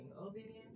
obedience